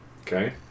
Okay